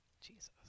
Jesus